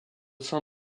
sein